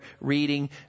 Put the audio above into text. reading